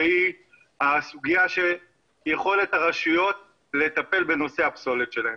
והיא הסוגיה של יכולת הרשויות לטפל בנושא הפסולת שלהם.